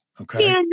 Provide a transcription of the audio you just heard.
Okay